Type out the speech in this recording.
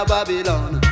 Babylon